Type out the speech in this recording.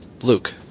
Luke